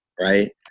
right